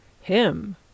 Him